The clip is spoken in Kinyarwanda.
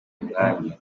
umwanya